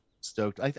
stoked